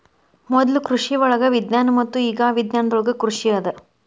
ಮೊದ್ಲು ಕೃಷಿವಳಗ ವಿಜ್ಞಾನ ಇತ್ತು ಇಗಾ ವಿಜ್ಞಾನದೊಳಗ ಕೃಷಿ ಅದ